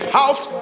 house